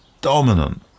dominant